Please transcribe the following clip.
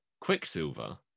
Quicksilver